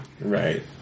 right